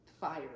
fire